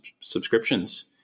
subscriptions